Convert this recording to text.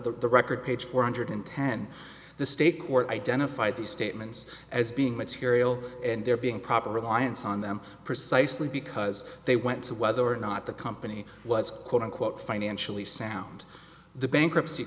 the record page four hundred ten the state court identified these statements as being material and they're being proper reliance on them precisely because they went to whether or not the company was quote unquote financially sound the bankruptcy